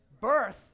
birth